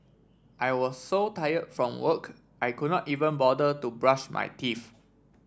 I was so tired from work I could not even bother to brush my teeth